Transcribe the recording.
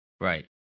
Right